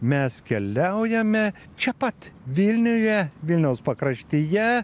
mes keliaujame čia pat vilniuje vilniaus pakraštyje